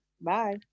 Bye